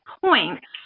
points